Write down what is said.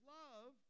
love